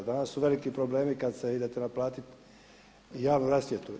Danas su veliki problemi kad idete naplatiti javnu rasvjetu.